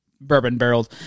bourbon-barreled